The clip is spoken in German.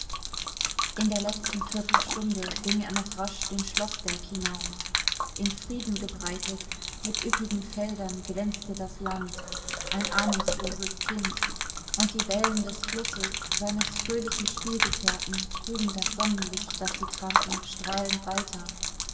in der letzten viertelstunde ging er noch rasch den schloßberg hinauf in frieden gebreitet mit üppigen feldern glänzte das land ein ahnungsloses kind und die wellen des flusses seines fröhlichen spielgefährten trugen das sonnenlicht das sie tranken strahlend weiter